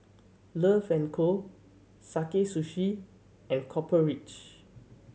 Love and Co Sakae Sushi and Copper Ridge